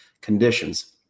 conditions